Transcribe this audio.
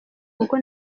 kuko